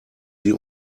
sie